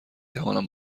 توانم